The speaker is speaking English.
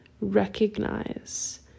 recognize